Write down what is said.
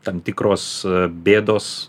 tam tikros bėdos